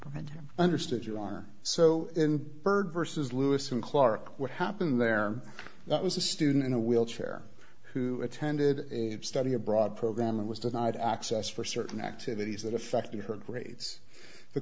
and understood you are so in bird versus lewis and clark what happened there that was a student in a wheelchair who attended a study abroad program and was denied access for certain activities that affected her grades the